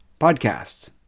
podcasts